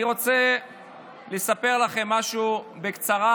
אני רוצה לספר לכם משהו בקצרה